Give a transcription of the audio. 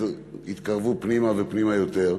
התקרבו פנימה ופנימה עוד יותר.